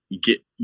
get